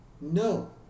No